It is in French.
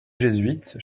jésuites